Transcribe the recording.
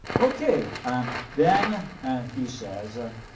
okay, um then he says